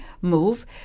move